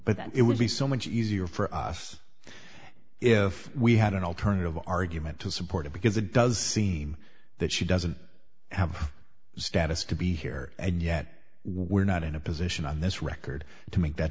but it would be so much easier for us if we had an alternative argument to support it because it does seem that she doesn't have status to be here and yet we're not in a position on this record to make that